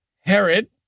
Herod